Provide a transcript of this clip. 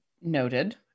Noted